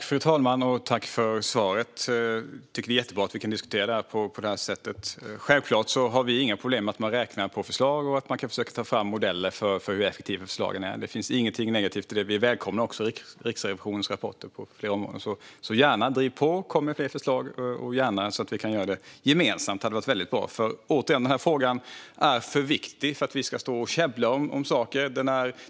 Fru talman! Tack för svaret! Jag tycker att det är jättebra att vi kan diskutera på detta sätt. Vi har självfallet inga problem med att man räknar på förslag och försöker ta fram modeller för hur effektiva förslagen är. Det finns inget negativt i detta, och vi välkomnar Riksrevisionens rapporter på flera områden. Driv gärna på, och kom med fler förslag! Det vore väldigt bra om vi kan göra detta gemensamt. Återigen: Denna fråga är för viktig för att vi ska käbbla om saker.